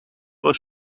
was